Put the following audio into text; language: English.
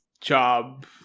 job